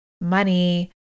money